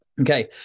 Okay